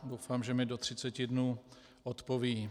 Doufám, že mi do 30 dnů odpoví.